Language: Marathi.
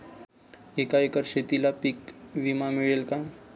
एका एकर शेतीला पीक विमा मिळेल का?